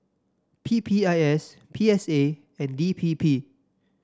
P P I S P S A and D P P